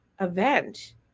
event